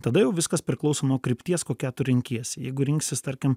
tada jau viskas priklauso nuo krypties kokią tu renkiesi jeigu rinksis tarkim